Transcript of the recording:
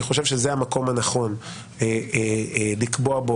אני חושב שזה המקום הנכון לקבוע בו